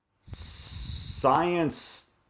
science